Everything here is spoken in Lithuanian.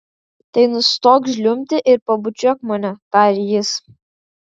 tai nustok žliumbti ir pabučiuok mane tarė jis